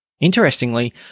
Interestingly